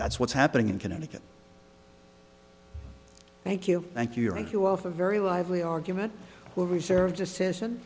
that's what's happening in connecticut thank you thank you thank you all for a very lively argument will reserve decision